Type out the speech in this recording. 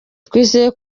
twizeye